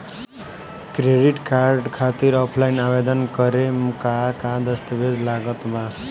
Credit card खातिर offline आवेदन करे म का का दस्तवेज लागत बा?